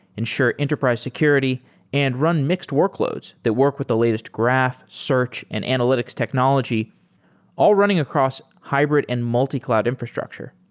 ensure enterprise security and run mixed workloads that work with the latest graph, search and analytics technology all running across hybrid and multi-cloud infrastructure.